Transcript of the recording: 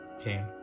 Okay